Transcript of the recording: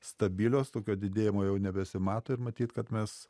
stabilios tokio didėjimo jau nebesimato ir matyt kad mes